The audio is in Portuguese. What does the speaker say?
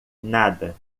nada